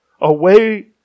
Away